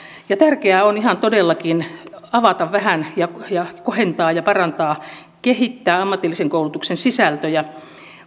ja tärkeää on ihan todellakin vähän avata kohentaa parantaa ja kehittää ammatillisen koulutuksen sisältöjä